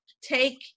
take